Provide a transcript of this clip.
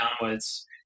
downwards